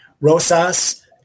Rosas